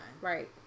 Right